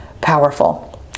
powerful